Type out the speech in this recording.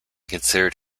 considered